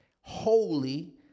Holy